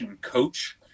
coach